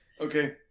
Okay